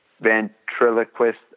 ventriloquist